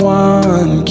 one